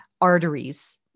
arteries